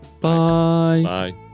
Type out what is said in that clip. Bye